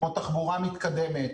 פה תחבורה מתקדמת.